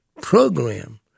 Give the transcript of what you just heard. Program